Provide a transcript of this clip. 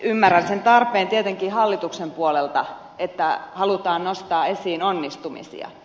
ymmärrän sen tarpeen tietenkin hallituksen puolelta että halutaan nostaa esiin onnistumisia